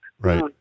Right